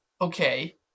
Okay